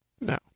No